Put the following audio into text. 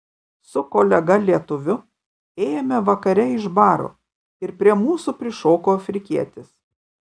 su kolega lietuviu ėjome vakare iš baro ir prie mūsų prišoko afrikietis